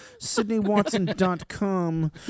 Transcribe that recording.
sydneywatson.com